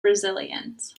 brazilians